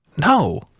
No